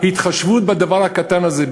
התחשבות בדבר הקטן הזה,